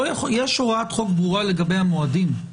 יש הוראת חוק ברורה לגבי המועדים.